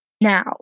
now